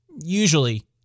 Usually